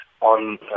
on